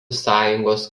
sąjungos